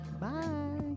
Bye